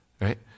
Right